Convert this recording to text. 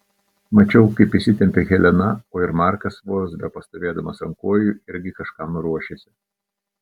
mačiau kaip įsitempė helena o ir markas vos bepastovėdamas ant kojų irgi kažkam ruošėsi